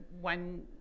one